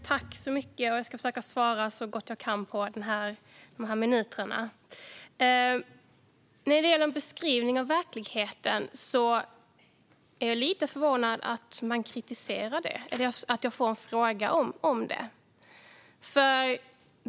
Fru talman! Jag ska försöka att svara så gott jag kan under dessa minuter. När det gäller beskrivningen av verkligheten är jag lite förvånad över att man kritiserar detta, eller över att jag får en fråga om det.